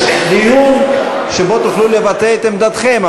יש דיון שבו תוכלו לבטא את עמדתכם,